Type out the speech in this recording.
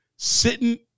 Sitting